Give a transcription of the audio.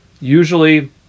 usually